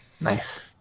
Nice